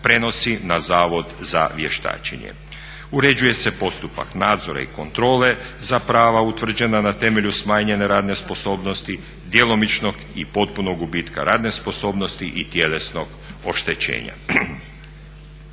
prenosi na Zavod za vještačenje. Uređuje se postupak nadzora i kontrole za prava utvrđena na temelju smanjene radne sposobnosti, djelomičnog i potpunog gubitka radne sposobnosti i tjelesnog oštećenja.